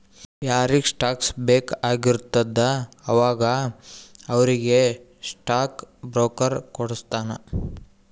ಯಾರಿಗ್ ಸ್ಟಾಕ್ಸ್ ಬೇಕ್ ಆಗಿರ್ತುದ ಅವಾಗ ಅವ್ರಿಗ್ ಸ್ಟಾಕ್ ಬ್ರೋಕರ್ ಕೊಡುಸ್ತಾನ್